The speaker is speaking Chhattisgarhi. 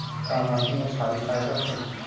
का माटी मा क्षारीय पाए जाथे?